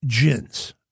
gins